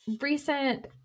recent